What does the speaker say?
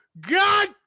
God